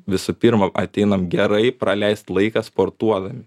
visų pirma ateinam gerai praleist laiką sportuodami